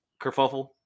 kerfuffle